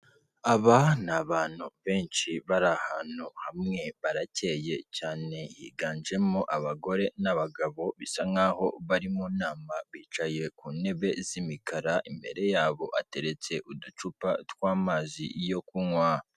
Aba ni abantu benshi bari ahantu hamwe barakeye cyane, higanjemo abagore n'abagabo bisa nkaho bari mu nama, bicaye ku ntebe z'imikara imbere yabo hateretse uducupa tw'amazi yo kunywa.